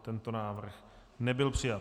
Tento návrh nebyl přijat.